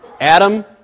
Adam